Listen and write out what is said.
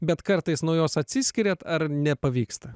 bet kartais nuo jos atsiskiriat ar nepavyksta